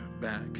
back